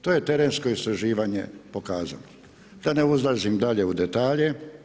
To je terensko istraživanje pokazalo, da ne ulazim dalje u detalje.